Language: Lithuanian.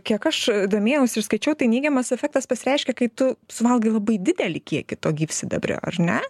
kiek aš domėjausi ir skaičiau tai neigiamas efektas pasireiškia kai tu suvalgai labai didelį kiekį to gyvsidabrio ar ne